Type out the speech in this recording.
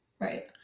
Right